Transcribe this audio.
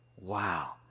wow